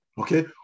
Okay